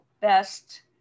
best